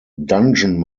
dungeon